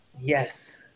Yes